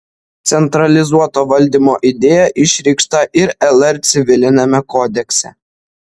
centralizuoto valdymo idėja išreikšta ir lr civiliniame kodekse